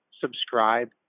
subscribe